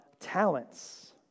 talents